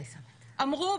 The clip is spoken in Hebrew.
אמרו,